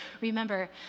Remember